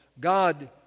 God